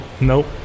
Nope